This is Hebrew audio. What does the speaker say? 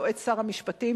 יועץ שר המשפטים,